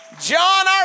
John